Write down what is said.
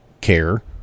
care